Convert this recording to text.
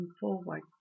forward